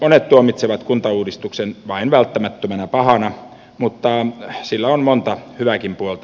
monet tuomitsevat kuntauudistuksen vain välttämättömänä pahana mutta sillä on monta hyvääkin puolta